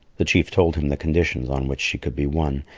the chief told him the conditions on which she could be won.